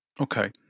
Okay